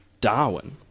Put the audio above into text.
Darwin